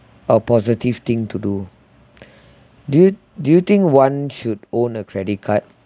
a positive thing to do do you do you think one should own a credit card